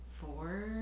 four